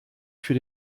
für